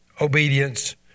obedience